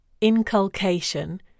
inculcation